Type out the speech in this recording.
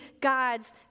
God's